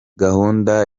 gahunda